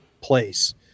place